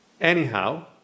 Anyhow